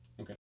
okay